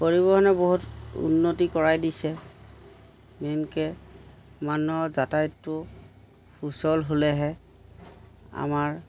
পৰিবহণে বহুত উন্নতি কৰাই দিছে মেইনকৈ মানুহৰ যাতায়তো সুচল হ'লেহে আমাৰ